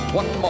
one